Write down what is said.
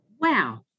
Wow